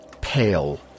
pale